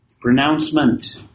pronouncement